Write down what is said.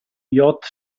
yacht